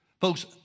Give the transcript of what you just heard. Folks